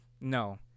no